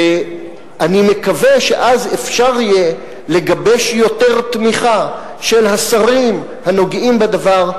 ואני מקווה שאז אפשר יהיה לגבש יותר תמיכה של השרים הנוגעים בדבר,